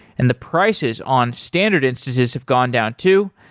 and the prices on standard instances have gone down too.